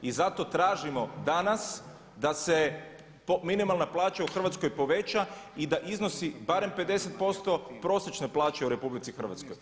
I zato tražimo danas da se minimalna plaća u Hrvatskoj poveća i da iznosi barem 50% prosječne plaće u RH.